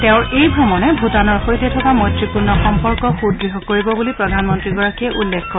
তেওঁৰ এই ভ্ৰমণে ভূটানৰ সৈতে থকা মৈত্ৰীপূৰ্ণ সম্পৰ্ক সুদ্ঢ় কৰিব বুলি প্ৰধানমন্ত্ৰীগৰাকীয়ে উল্লেখ কৰে